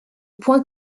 point